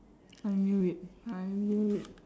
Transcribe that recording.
I knew it I knew it